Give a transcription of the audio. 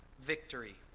victory